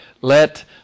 Let